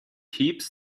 heaps